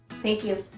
thank you.